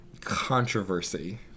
controversy